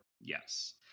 yes